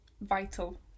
vital